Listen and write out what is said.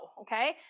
okay